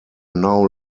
now